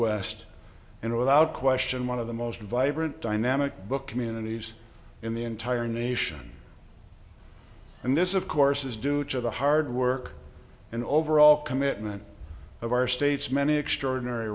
midwest and without question one of the most vibrant dynamic book communities in the entire nation and this of course is due to the hard work and overall commitment of our state's many extraordinary